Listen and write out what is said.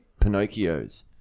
Pinocchios